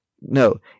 no